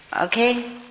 Okay